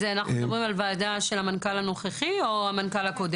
אנחנו מדברים על ועדה של המנכ"ל הנוכחי או הקודם?